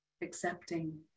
accepting